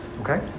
okay